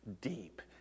deep